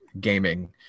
gaming